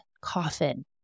coffin